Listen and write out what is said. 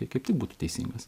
kaip tik būtų teisingas